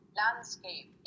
landscape